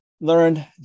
learned